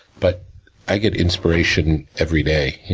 but i get inspiration every day,